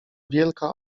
wielka